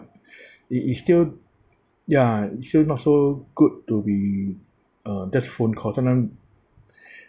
it is still ya sure not so good to be uh just phone call sometimes